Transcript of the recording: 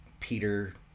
Peter